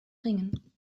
ringen